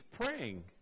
praying